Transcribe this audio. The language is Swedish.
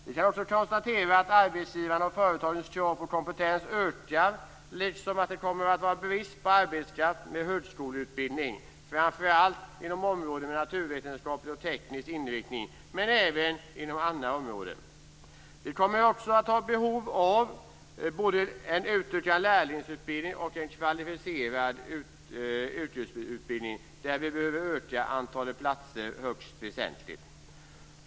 Vi kan också konstatera att arbetsgivarnas och företagens krav på kompetens ökar liksom att det kommer att vara brist på arbetskraft med högskoleutbildning, framför allt inom områden med naturvetenskaplig och teknisk inriktning men även inom andra områden. Vi kommer också att ha ett behov av en utökad lärlingsutbildning och en kvalificerad yrkesutbildning, där vi behöver öka antalet platser högst väsentligt.